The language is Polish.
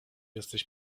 jesteś